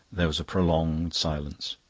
there was a prolonged silence.